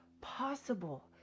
possible